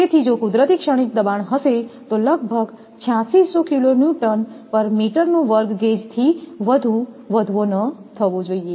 તેથી જો કુદરતી ક્ષણિક દબાણ હશે તો તે લગભગ 8600 gauge થી વધુ વધવો ન થવો જોઈએ